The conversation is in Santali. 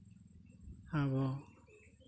ᱟᱵᱚ